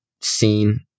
seen